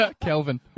Kelvin